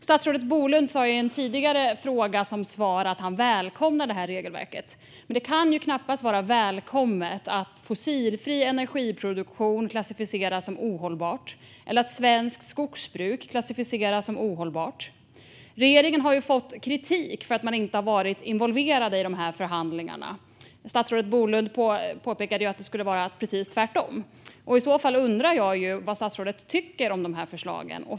Statsrådet Bolund sa i ett svar på en tidigare fråga att han välkomnar regelverket, men det kan knappast vara välkommet att fossilfri energiproduktion eller svenskt skogsbruk klassificeras som ohållbara. Regeringen har fått kritik för att inte ha varit involverad i förhandlingarna. Statsrådet Bolund pekade på att det skulle vara precis tvärtom. I så fall undrar jag vad statsrådet tycker om förslagen.